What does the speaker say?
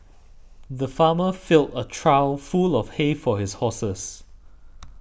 the farmer filled a trough full of hay for his horses